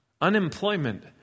Unemployment